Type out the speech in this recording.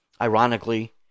Ironically